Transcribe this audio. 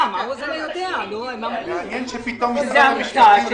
מעוז היא ארגון הגג של פעילות היהודים המשיחיים בישראל.